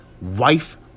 wife